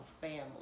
family